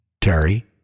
Terry